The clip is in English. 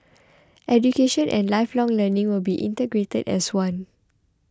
education and lifelong learning will be integrated as one